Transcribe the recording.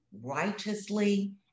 righteously